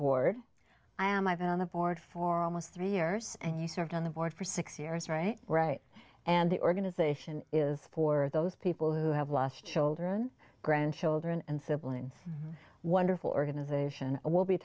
board i am i've been on the board for almost three years and you served on the board for six years right right and the organization is for those people who have lost children grandchildren and siblings wonderful organization we'll be